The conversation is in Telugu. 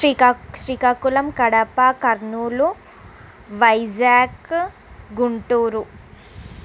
శ్రీకాక్ శ్రీకాకుళం కడప కర్నూలు వైజాగ్ గుంటూరు